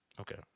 Okay